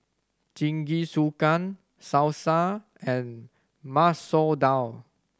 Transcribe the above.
Jingisukan Salsa and Masoor Dal